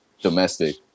domestic